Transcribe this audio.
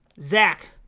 Zach